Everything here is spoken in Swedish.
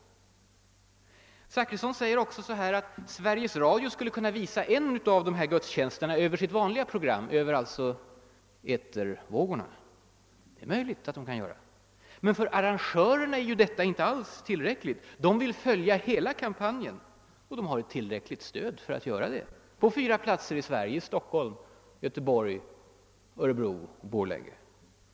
Bertil Zachrisson säger också att Sve riges Radio skulle kunna visa en av dessa gudstjänster i sitt vanliga program, alltså via etervågorna. Det är möjligt att man kan göra det. Men för arrangörerna är det inte alls tillräckligt. De vill följa hela kampanjen, och de har tillräckligt stöd för att göra det på fyra platser i Sverige — i Stockholm, Göteborg, Örebro och Borlänge.